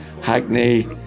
Hackney